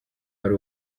ari